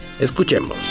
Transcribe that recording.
Escuchemos